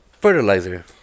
fertilizer